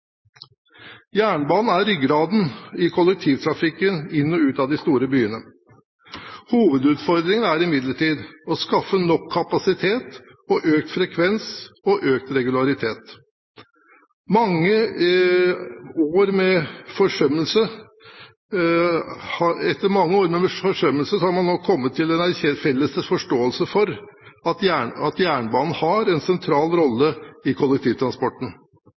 Jernbanen er ryggraden i kollektivtrafikken inn og ut av de store byene. Hovedutfordringen er imidlertid å skaffe nok kapasitet, økt frekvens og økt regularitet. Etter mange år med forsømmelse har man nå kommet til en felles forståelse for at jernbanen har en sentral rolle i kollektivtransporten.